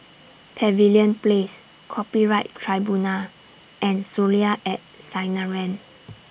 Pavilion Place Copyright Tribunal and Soleil At Sinaran